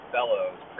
Fellows